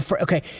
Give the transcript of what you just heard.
okay